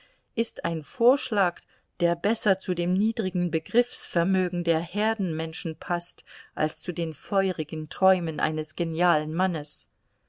ist ein vorschlag der besser zu dem niedrigen begriffsvermögen der herdenmenschen paßt als zu den feurigen träumen eines genialen mannes